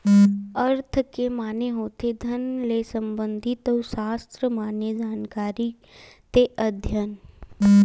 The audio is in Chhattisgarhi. अर्थ के माने होथे धन ले संबंधित अउ सास्त्र माने जानकारी ते अध्ययन